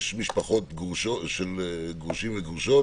יש משפחות של גרושים וגרושות